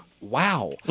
wow